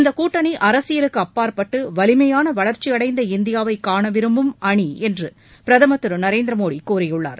இந்தக் கூட்டணிஅரசியலுக்குஅப்பாற்பட்டு வலிமையானவளர்ச்சியடைந்த இந்தியாவைகாணவிரும்பும் அணிஎன்றபிரதமர் திருநரேந்திரமோடிகூறியுள்ளார்